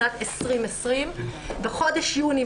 שנת 2020 בחודש יוני,